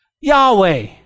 Yahweh